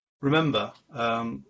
Remember